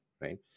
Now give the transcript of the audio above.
right